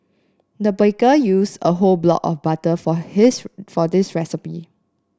the baker used a whole block of butter for his for this recipe